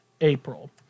April